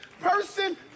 person